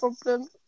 problem